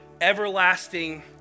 everlasting